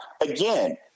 again